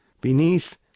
Beneath